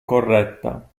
corretta